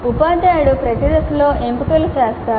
ఉపాధ్యాయుడు ప్రతి దశలో ఎంపికలు చేస్తాడు